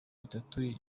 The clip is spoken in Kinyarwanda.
bitatu